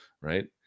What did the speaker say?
right